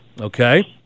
okay